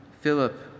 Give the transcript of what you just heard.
Philip